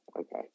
Okay